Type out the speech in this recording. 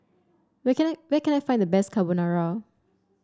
where can I where can I find the best Carbonara